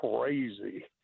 crazy